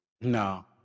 No